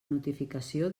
notificació